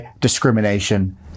discrimination